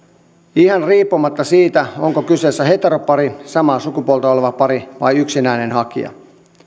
ihan riippumatta siitä onko kyseessä heteropari samaa sukupuolta oleva pari vai yksinäinen hakija